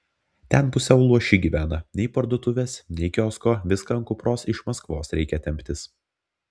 ten pusiau luoši gyvena nei parduotuvės nei kiosko viską ant kupros iš maskvos reikia temptis